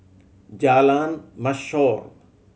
Jalan Mashor